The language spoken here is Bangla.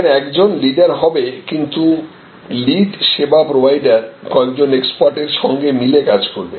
সেখানে একজন লিডার হবে কিন্তু লিড সেবা প্রোভাইডার কয়েকজন এক্সপার্ট এর সঙ্গে মিলে কাজ করবে